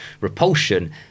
repulsion